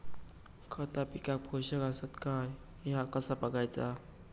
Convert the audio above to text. खता पिकाक पोषक आसत काय ह्या कसा बगायचा?